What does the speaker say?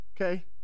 okay